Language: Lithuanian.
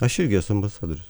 aš irgi esu ambasadorius